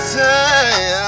time